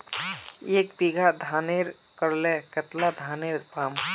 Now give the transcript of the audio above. एक बीघा धानेर करले कतला धानेर पाम?